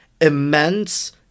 immense